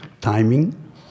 timing